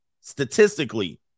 Statistically